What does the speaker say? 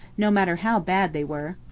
no matter how bad they were.